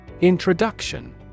Introduction